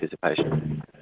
participation